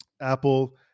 Apple